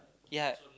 ya